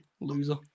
loser